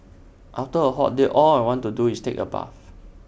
after A hot day all I want to do is take A bath